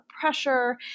pressure